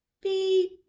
beep